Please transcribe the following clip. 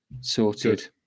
sorted